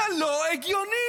זה לא הגיוני,